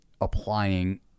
applying